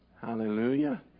Hallelujah